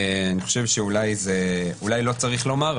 אני חושב שאולי לא צריך לומר,